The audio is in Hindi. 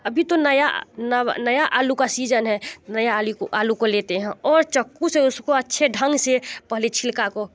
अभी तो नया नव नया आलू का सीज़न है नया आलू को आलू को लेते हैं और चक्कू से उसको अच्छे ढंग से पहले छिलका को